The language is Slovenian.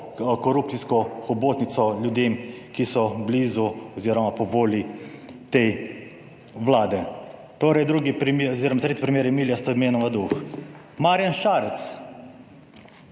korupcijsko hobotnico ljudem, ki so blizu oziroma po volji te vlade. Torej drugi primer oziroma tretji primer je Emilija Stojmenova Duh. Marjan Šarec.